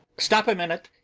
stop a minute!